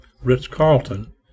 Ritz-Carlton